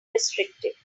restrictive